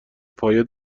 پایه